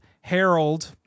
Harold